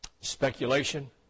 speculation